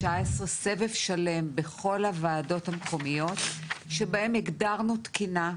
סבב של בכל הוועדות המקומיות שבהם הגדרנו תקינה,